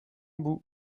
bout